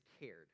cared